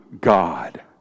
God